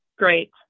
Great